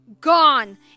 gone